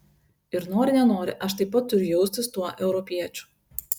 ir nori nenori aš taip pat turiu jaustis tuo europiečiu